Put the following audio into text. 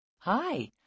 Hi